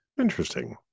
interesting